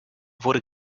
wurde